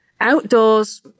outdoors